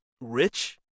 rich